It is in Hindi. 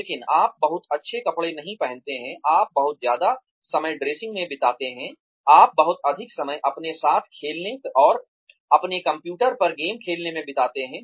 लेकिन आप बहुत अच्छे कपड़े नहीं पहनते हैं आप बहुत ज्यादा समय ड्रेसिंग में बिताते हैं आप बहुत अधिक समय अपने साथ खेलने अपने कंप्यूटर पर गेम खेलने में बिताते हैं